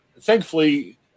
thankfully